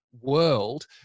world